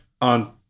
on